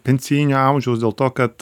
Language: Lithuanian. pensijinio amžiaus dėl to kad